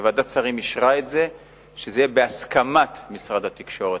וועדת השרים אישרה שזה יהיה בהסכמת משרד התקשורת,